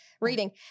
reading